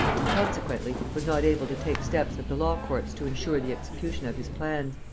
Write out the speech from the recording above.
and, consequently, was not able to take steps at the law courts to insure the execution of his plans.